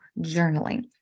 journaling